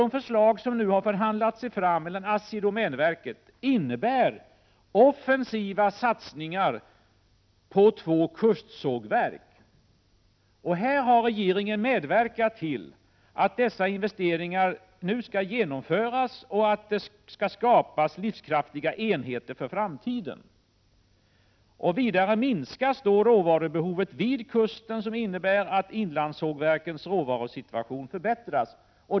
De förslag som nu har förhandlats fram mellan ASSI och domänverket innebär offensiva satsningar på två kustsågverk. Regeringen har medverkat i att dessa investeringar nu skall genomföras och att det skall skapas livskraftiga enheter för framtiden. Vidare minskas då råvarubehovet vid kusten, vilket innebär att inlandssågverkens råvarusituation förbättras.